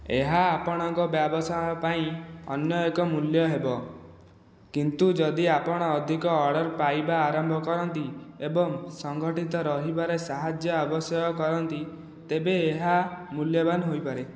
ଏହା ଆପଣଙ୍କ ବ୍ୟବସାୟ ପାଇଁ ଅନ୍ୟ ଏକ ମୂଲ୍ୟ ହେବ କିନ୍ତୁ ଯଦି ଆପଣ ଅଧିକ ଅର୍ଡ଼ର ପାଇବା ଆରମ୍ଭ କରନ୍ତି ଏବଂ ସଙ୍ଗଠିତ ରହିବାରେ ସାହାଯ୍ୟ ଆବଶ୍ୟକ କରନ୍ତି ତେବେ ଏହା ମୂଲ୍ୟବାନ ହୋଇପାରେ